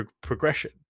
progression